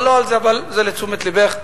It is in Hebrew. אבל זה לתשומת לבך.